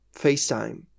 FaceTime